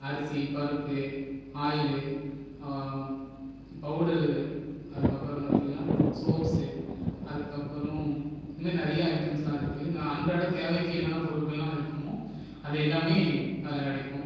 அரிசி பருப்பு oil powder அதுக்கப்புறம் பார்த்தீங்கன்னா சோப்சு அதுக்கப்புறம் இது மாதிரி நிறைய ஐடம்சுலா இருக்குது நான் அன்றாட தேவைக்கு என்னென்ன பொருட்கள்லாம் இருக்குமோ அது எல்லாமே அதில் கிடைக்கும்